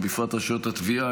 ובפרט רשויות התביעה,